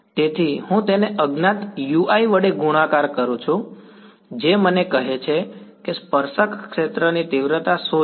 તેથી હું તેને અજ્ઞાત વડે ગુણાકાર કરું છું જે મને કહે છે કે સ્પર્શક ક્ષેત્રની તીવ્રતા શું છે